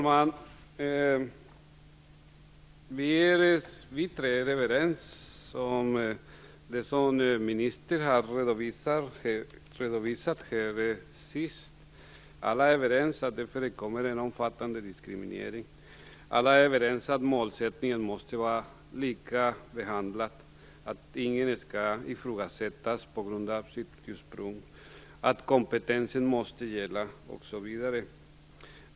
Fru talman! Vi tre är överens om det som ministern har redovisat här. Alla är överens om att det förekommer en omfattande diskriminering. Alla är överens om att målsättningen måste vara likabehandling, att ingen skall ifrågasättas på grund av sitt ursprung, att kompetens måste gälla osv.